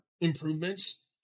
improvements